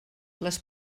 les